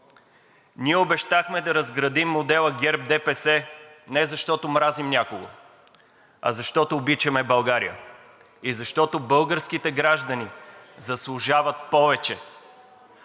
Ние обещахме да разградим модела ГЕРБ – ДПС не защото мразим някого, а защото обичаме България и защото българските граждани заслужават повече!